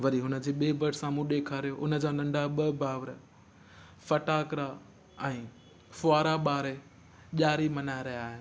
वरी हुनजे ॿिए बड़ु साम्हू ॾेखारियो हुनजा नंढा ॿ भाउड़ फटाकिड़ा ऐं फुवारा ॿाड़े ॾियारी मल्हाए रहिया आहिनि